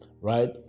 right